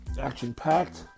action-packed